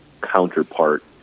counterpart